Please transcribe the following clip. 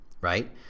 right